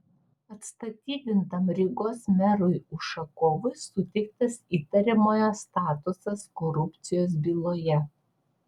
atstatydintam rygos merui ušakovui suteiktas įtariamojo statusas korupcijos byloje